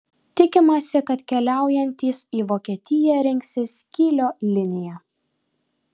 tikimasi kad keliaujantys į vokietiją rinksis kylio liniją